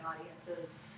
audiences